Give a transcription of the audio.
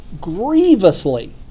grievously